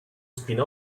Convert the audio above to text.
spin